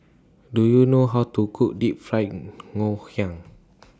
Do YOU know How to Cook Deep Fried Ngoh Hiang